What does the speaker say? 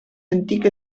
antic